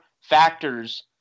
factors